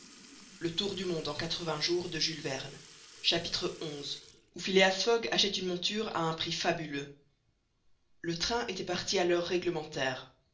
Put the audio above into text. xi où phileas fogg achète une monture a un prix fabuleux le train était parti à l'heure réglementaire